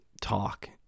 talk